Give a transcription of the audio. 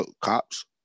cops